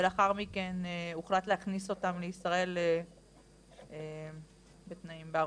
ולאחר מכן הוחלט להכניס אותם לישראל בתנאי ערבות.